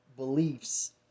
beliefs